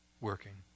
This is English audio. working